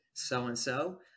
so-and-so